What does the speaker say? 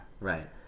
Right